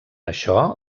això